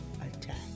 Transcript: attack